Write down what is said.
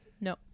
No